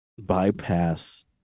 bypass